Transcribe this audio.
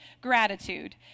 gratitude